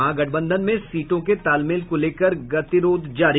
महागठबंधन में सीटों के तालमेल को लेकर गतिरोध जारी